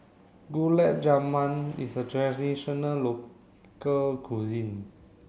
Gulab Jamun is a traditional local cuisine